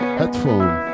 headphone